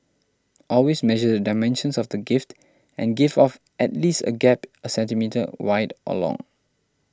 always measure the dimensions of the gift and give off at least a gap a centimetre wide or long